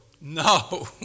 No